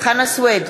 חנא סוייד,